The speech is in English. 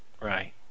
Right